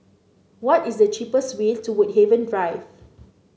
what is the cheapest way to Woodhaven Drive